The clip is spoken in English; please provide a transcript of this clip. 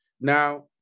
Now